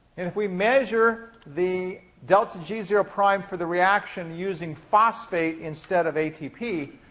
if we measure the delta g zero prime for the reaction using phosphate instead of atp,